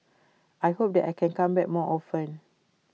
I hope that I can come back more often